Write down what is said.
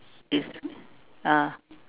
is ah